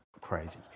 crazy